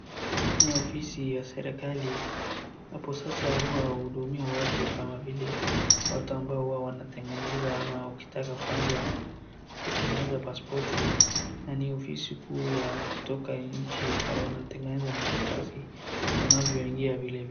Ni ofisi ya serikali hapo sasa huwa huhudumia watu kama vile watu ambao wanatengeneza ama ukitaka kwanza kutengeneza pasipoti na ni ofisi kuu ya kutoka nchi inayotengeneza makaratasi na unavyoingia vilevile.